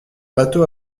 bateau